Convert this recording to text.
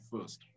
first